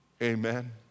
Amen